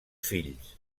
fills